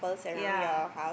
ya